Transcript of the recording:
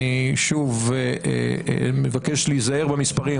אני שוב מבקש להיזהר במספרים,